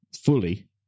fully